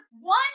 one